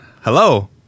Hello